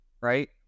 right